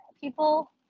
people